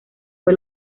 fue